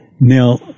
Now